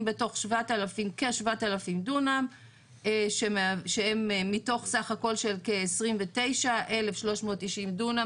בתוך כ- 7,000 דונם שהם מתוך סה"כ של כ- 29,390 דונם